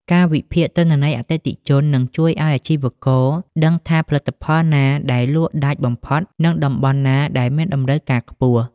ការវិភាគទិន្នន័យអតិថិជន នឹងជួយឱ្យអាជីវករដឹងថាផលិតផលណាដែលលក់ដាច់បំផុត និងតំបន់ណាដែលមានតម្រូវការខ្ពស់។